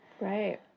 Right